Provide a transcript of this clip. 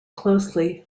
closely